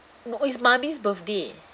no it's mummy's birthday